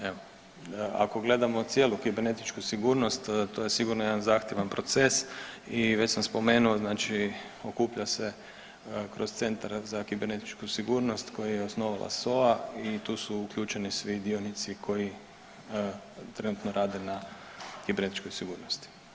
Evo ako gledamo cijelu kibernetičku sigurnost to je sigurno jedan zahtjevan proces i već sam spomenuo, znači okuplja se kroz Centar za kibernetičku sigurnost koji je osnovala SOA i tu su uključeni svi dionici koji trenutno rade na kibernetičkoj sigurnosti.